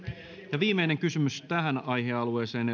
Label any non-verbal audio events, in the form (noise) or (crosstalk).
ja viimeinen kysymys tähän aihealueeseen (unintelligible)